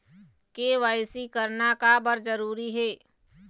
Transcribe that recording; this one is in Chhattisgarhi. के.वाई.सी करना का बर जरूरी हे?